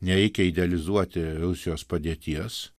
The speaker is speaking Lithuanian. nereikia idealizuoti rusijos padėties